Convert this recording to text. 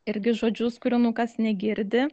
irgi žodžius kurių nukas negirdi